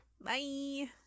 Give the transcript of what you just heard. bye